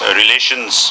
relations